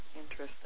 Interesting